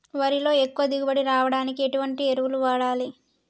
వరిలో ఎక్కువ దిగుబడి రావడానికి ఎటువంటి ఎరువులు వాడాలి?